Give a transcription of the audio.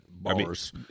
bars